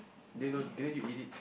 they know didn't eat it